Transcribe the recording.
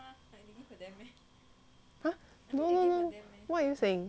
!huh! no no what you are saying